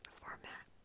format